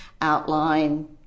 outline